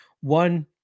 one